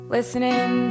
Listening